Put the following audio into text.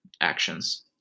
actions